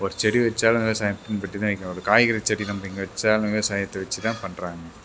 ஒரு செடி வைச்சாலும் விவசாயத்தை பின்பற்றி தான் வைக்கிறோம் ஒரு காய்கறி செடி நம்ம இங்கே வைச்சாலும் விவசாயத்தை வெச்சு தான் பண்ணுறாங்க